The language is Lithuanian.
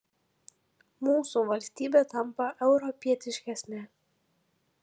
mūsų valstybė tampa europietiškesne